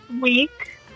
week